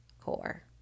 core